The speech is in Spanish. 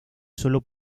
sólo